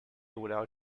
without